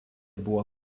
buvo